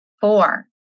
Four